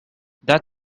that